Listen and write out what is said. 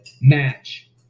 match